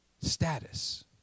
status